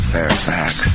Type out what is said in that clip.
Fairfax